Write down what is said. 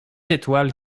étoiles